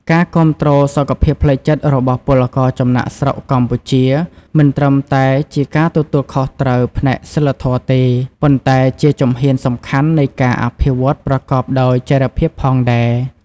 ការគាំទ្រសុខភាពផ្លូវចិត្តរបស់ពលករចំណាកស្រុកកម្ពុជាមិនត្រឹមតែជាការទទួលខុសត្រូវផ្នែកសីលធម៌ទេ ប៉ុន្តែជាជំហានសំខាន់នៃការអភិវឌ្ឍន៍ប្រកបដោយចីរភាពផងដែរ។